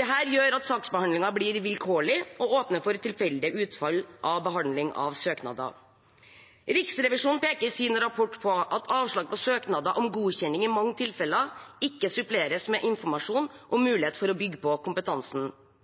Dette gjør saksbehandlingen vilkårlig og åpner for tilfeldige utfall av behandling av søknader. Riksrevisjonen peker i sin rapport på at avslag på søknader om godkjenning i mange tilfeller ikke suppleres med informasjon om mulighet for å bygge på kompetansen.